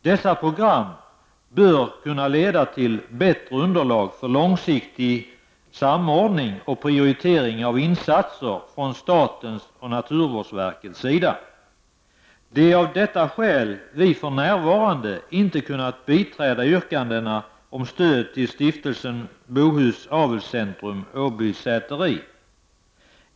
Dessa program bör kunna leda till bättre underlag för långsiktig samordning och prioritering av insatser från statens och naturvårdsverkets sida. Det är av detta skäl som vi f.n. inte kunnat biträda yrkandena om stöd till Stiftelsen Bohus Avelscentrum — Åby Säteri.